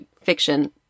fiction